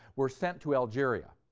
were sent to algeria,